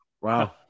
Wow